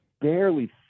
barely